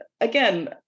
again